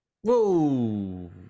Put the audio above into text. whoa